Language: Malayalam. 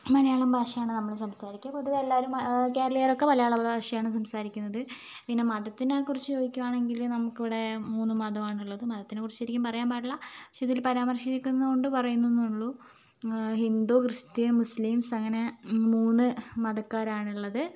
മലയാളം ഭാഷയാണ് നമ്മൾ സംസാരിക്കുക പൊതുവെ എല്ലാവരും കേരളീയരൊക്കെ മലയാള ഭാഷയാണ് സംസാരിക്കുന്നത് പിന്നെ മതത്തിനെക്കുറിച്ച് ചോദിക്കുകയാണെങ്കിൽ നമുക്കിവിടെ മൂന്ന് മതമാണുള്ളത് മതത്തിനെക്കുറിച്ച് ശരിക്കും പറയാൻ പാടില്ല പക്ഷെ ഇതിൽ പരാമർശിച്ചിരിക്കുന്നതുകൊണ്ട് പറയുന്നുയെന്നേ ഉള്ളു ഹിന്ദു ക്രിസ്ത്യൻ മുസ്ലിംസ് അങ്ങനെ മൂന്ന് മതക്കാരാണ് ഉള്ളത്